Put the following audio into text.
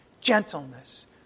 gentleness